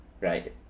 right